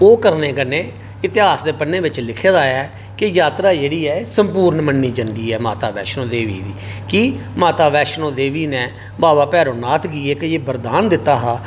ओह् करने कन्नै इतिहास दे पन्नें बिच लिखे दा ऐ जे यात्रा जेहड़ी ऐ संपूर्ण मन्नी जंदी ऐ माता बैष्णो देबी दी माता बैष्णो देबी ने बाबा भैरो गी बरदान दित्ता हा